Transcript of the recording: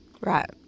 Right